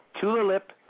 Tulip